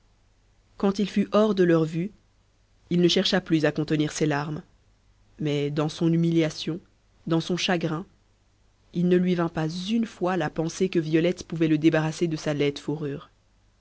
quand il fut hors de leur vue il ne chercha plus à contenir ses larmes mais dans son humiliation dans son chagrin il ne lui vint pas une fois la pensée que violette pouvait le débarrasser de sa laide fourrure